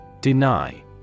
Deny